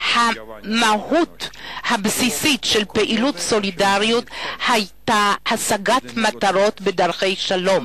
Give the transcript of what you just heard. המהות הבסיסית של פעילות "סולידריות" היתה השגת מטרות בדרכי שלום,